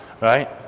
right